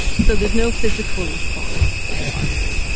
so there's no physical response in harmony.